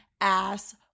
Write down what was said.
ass